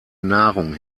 nahrung